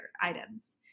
items